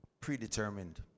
predetermined